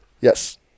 Yes